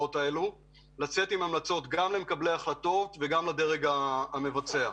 של דבר לתת המלצות לדרג המחליט ולדרג המבצע.